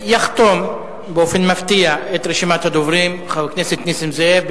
יחתום באופן מפתיע את רשימת הדוברים חבר הכנסת נסים זאב.